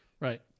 Right